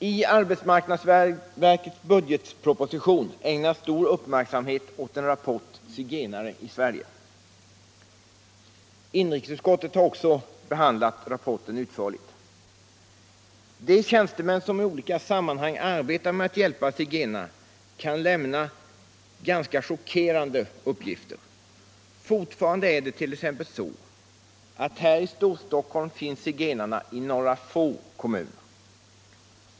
I arbetsmarknadsdepartementets budgetproposition ägnas stor uppmärksamhet åt en rapport, Zigenare i Sverige. Inrikesutskottet har också behandlat rapporten utförligt. De tjänstemän som i olika sammanhang arbetar med att hjälpa zigenarna kan lämna ganska chockerande uppgifter. Fortfarande är det t.ex. så att här i Storstockholm finns zigenarna i några få kommuner.